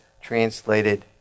translated